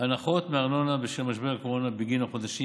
הנחות בארנונה בשל משבר הקורונה בגין החודשים